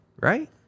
right